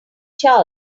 charles